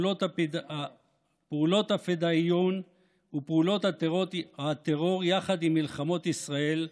פעולות הפדאיון ופעולות הטרור יחד עם מלחמות ישראל,